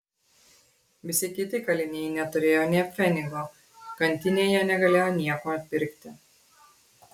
visi kiti kaliniai neturėjo nė pfenigo kantinėje negalėjo nieko pirkti